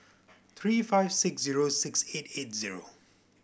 three five six zero six eight eight zero